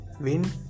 win